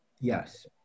Yes